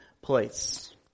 place